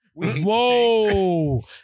Whoa